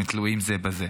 הם תלויים זה בזה.